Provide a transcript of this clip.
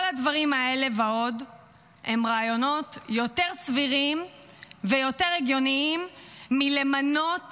כל הדברים האלה ועוד הם רעיונות יותר סבירים ויותר הגיוניים מלמנות